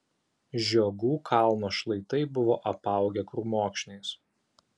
žiogų kalno šlaitai buvo apaugę krūmokšniais